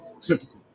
typical